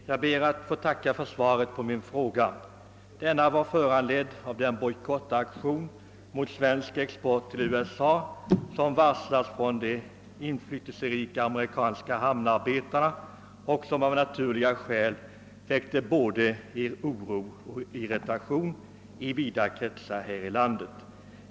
Herr talman! Jag ber att få tacka handelsministern för svaret på min fråga. Den var föranledd av den bojkottaktion mot svensk export till USA som varslats av de inflytelserika amerikanska hamnarbetarna och som av naturliga skäl väckt oro och irritation i vida kretsar här i landet.